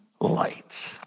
light